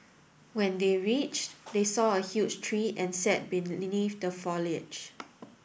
when they reached they saw a huge tree and sat beneath the foliage